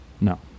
No